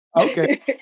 Okay